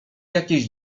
jakieś